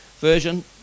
version